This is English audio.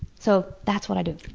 so, that's what i do.